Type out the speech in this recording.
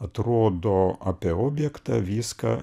atrodo apie objektą viską